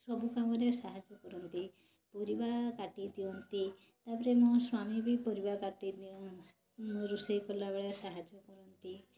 ସବୁ କାମରେ ସାହାଯ୍ୟ କରନ୍ତି ପରିବା କାଟି ଦିଅନ୍ତି ତା'ପରେ ମୋ ସ୍ୱାମୀ ବି ପରିବା କାଟିଦିଅନ୍ତି ମୁଁ ରୋଷେଇ କଲାବେଳେ ସାହାଯ୍ୟ କରନ୍ତି